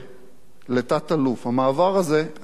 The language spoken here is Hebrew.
המעבר הזה היה מאוד ברור אצל גדעון.